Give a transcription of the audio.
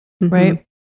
Right